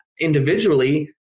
individually